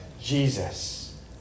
Jesus